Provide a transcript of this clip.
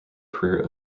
career